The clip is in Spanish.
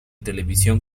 televisión